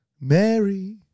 Mary